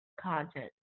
content